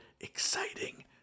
exciting